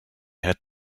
had